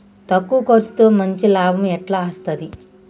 తక్కువ కర్సుతో మంచి లాభం ఎట్ల అస్తది?